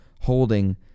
holding